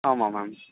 ஆமாம் மேம்